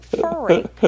furry